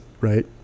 right